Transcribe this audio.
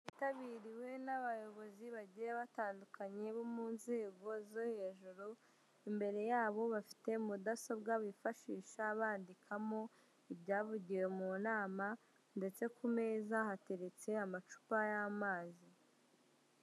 Yitabiriwe n'abayobozi bagiye batandukanye bo mu nzego zo hejuru, imbere yabo bafite mudasobwa bifashisha bandikamo ibyavugiwe mu nama, ndetse ku meza hateretse amacupa y'amazi.